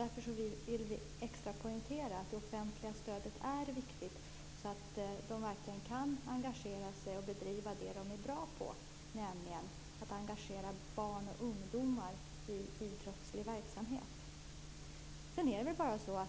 Därför vill vi särskilt poängtera att det offentliga stödet är viktigt så att idrottsrörelsen verkligen kan engagera sig och bedriva den verksamhet som den är bra på, nämligen att få in barn och ungdomar i idrottslig verksamhet. Jag saknar något om